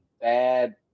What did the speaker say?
bad